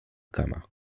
kama